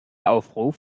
aufruf